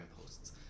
posts